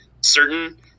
certain